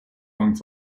bang